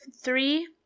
three